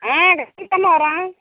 ஆ கட்டிகிட்டு தானேம்மா வர்றோம்